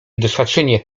doświadczenie